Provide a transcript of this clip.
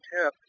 tip